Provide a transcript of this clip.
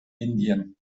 indien